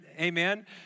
Amen